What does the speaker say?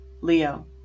Leo